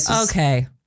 okay